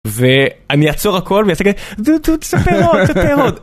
ואני אצור הכל ועושה כאלה, תספר עוד, תספר עוד.